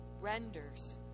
renders